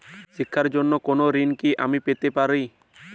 শিক্ষার জন্য কোনো ঋণ কি আমি পেতে পারি?